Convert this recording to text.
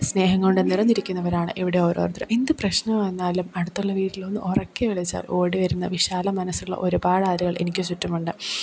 സ്നേഹംകൊണ്ട് നിറഞ്ഞിരിക്കുന്നവരാണ് ഇവിടെ ഓരോരുത്തരും എന്ത് പ്രശ്നം വന്നാലും അടുത്തുള്ള വീട്ടിലൊന്ന് ഉറക്കെ വിളിച്ചാൽ ഓടി വരുന്ന വിശാല മനസ്സുള്ള ഒരുപാടാളുകൾ എനിക്ക് ചുറ്റുമുണ്ട്